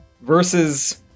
versus